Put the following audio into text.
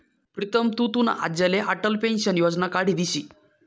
प्रीतम तु तुना आज्लाले अटल पेंशन योजना काढी दिशी